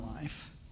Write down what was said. life